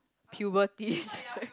puberty